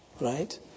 right